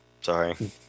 Sorry